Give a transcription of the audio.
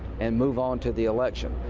and move on to the election.